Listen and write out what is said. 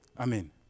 Amen